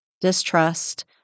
distrust